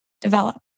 develop